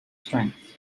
strengths